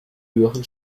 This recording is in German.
höheren